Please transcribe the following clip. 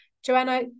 Joanna